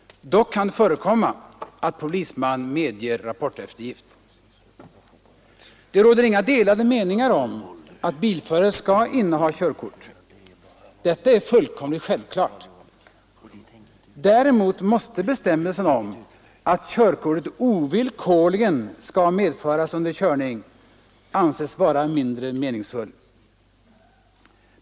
Dock kan förekomma att polisman medger rapporteftergift. Det råder inga delade meningar om att bilförare skall inneha körkort. Detta är fullkomligt självklart. Däremot måste bestämmelsen om att körkortet ovillkorligen skall medföras under körning anses vara mindre meningsfull.